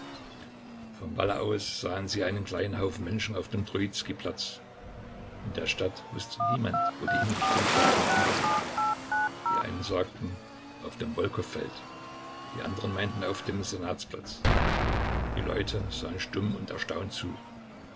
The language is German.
vom walle aus sahen sie einen kleinen haufen menschen auf dem trojizkij platz in der stadt wußte niemand wo die hinrichtung stattfinden würde die einen sagten auf dem wolkow feld die anderen meinten auf dem senatsplatz die leute sahen stumm und erstaunt zu